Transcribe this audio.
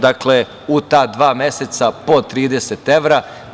Dakle, u ta dva meseca po 30 evra.